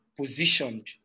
Positioned